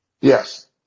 Yes